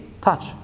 touch